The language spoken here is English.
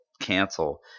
cancel